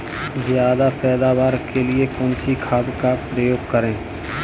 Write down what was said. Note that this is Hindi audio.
ज्यादा पैदावार के लिए कौन सी खाद का प्रयोग करें?